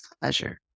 pleasure